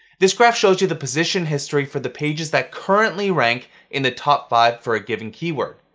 this graph shows you the position history for the pages that currently rank in the top five for a given keyword.